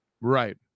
Right